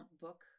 book